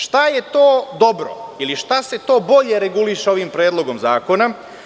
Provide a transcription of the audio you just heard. Šta je to dobro ili šta se to bolje reguliše ovim predlogom zakona?